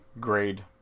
grade